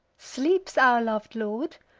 sleeps our lov'd lord?